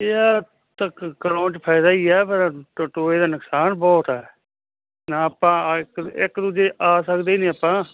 ਯਾਰ ਇਹ ਕਰਾਉਣ 'ਚ ਫਾਇਦਾ ਹੀ ਆ ਪਰ ਟੋਏ ਦਾ ਨੁਕਸਾਨ ਬਹੁਤ ਹੈ ਆਪਾਂ ਇੱਕ ਇੱਕ ਦੂਜੇ ਆ ਸਕਦੇ ਨਹੀਂ ਆਪਾਂ